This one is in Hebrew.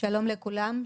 שלום לכולם.